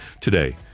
today